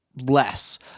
less